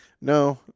No